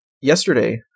yesterday